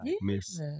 miss